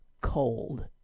cold